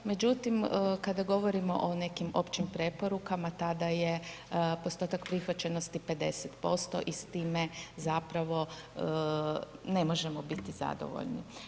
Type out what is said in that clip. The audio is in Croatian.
Međutim, kada govorimo o nekim općim preporukama tada je postotak prihvaćenosti 50% i s time zapravo ne možemo biti zadovoljni.